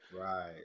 right